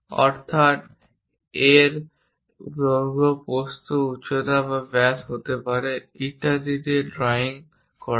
অর্থাৎ এর দৈর্ঘ্য প্রস্থ উচ্চতা বা ব্যাস হতে পারে ইত্যাদি ড্রয়িং দেওয়া হয়